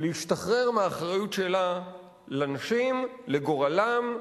להשתחרר מהאחריות שלה לנשים, לגורלן,